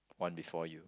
one before you